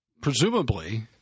Presumably